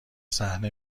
صحنه